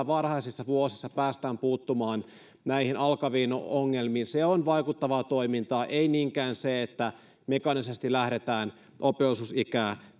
varhaisissa vuosissa päästään puuttumaan näihin alkaviin ongelmiin se on vaikuttavaa toimintaa ei niinkään se että mekaanisesti lähdetään oppivelvollisuusikää